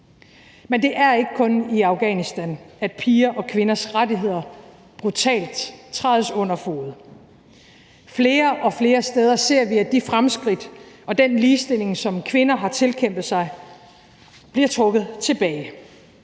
Men det er ikke kun i Afghanistan, at piger og kvinders rettigheder brutalt trædes under fode. Flere og flere steder ser vi, at de fremskridt og den ligestilling, som kvinder har tilkæmpet sig, bliver trukket tilbage.